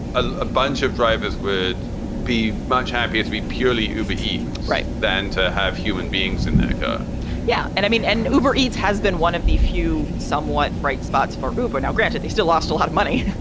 a bunch of drivers would be much happier to be purely uber eat right than to have human beings in their car yeah, and i mean, an uber ethos has been one of the few somewhat bright spots for uber. now, granted, they still lost a lot of money,